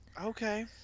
Okay